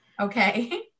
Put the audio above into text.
Okay